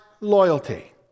loyalty